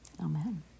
Amen